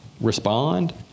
respond